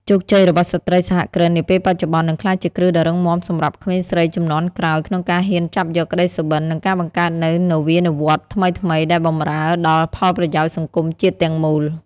ជោគជ័យរបស់ស្ត្រីសហគ្រិននាពេលបច្ចុប្បន្ន នឹងក្លាយជាគ្រឹះដ៏រឹងមាំសម្រាប់ក្មេងស្រីជំនាន់ក្រោយ ក្នុងការហ៊ានចាប់យកក្ដីសុបិន និងការបង្កើតនូវនវានុវត្តន៍ថ្មីៗដែលបម្រើដល់ផលប្រយោជន៍សង្គមជាតិទាំងមូល។